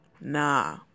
Nah